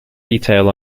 detail